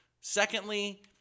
Secondly